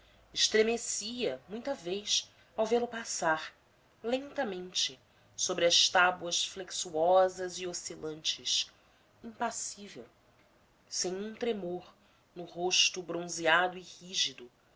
materiais estremecia muita vez ao vê-lo passar lentamente sobre as tábuas flexuosas e oscilantes impassível sem um tremor no rosto bronzeado e rígido